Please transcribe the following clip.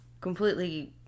completely